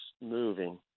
moving